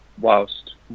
whilst